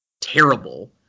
terrible